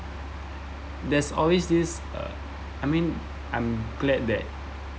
there's always this uh I mean I'm glad that